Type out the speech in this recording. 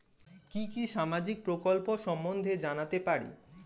কি কি সামাজিক প্রকল্প সম্বন্ধে জানাতে পারি?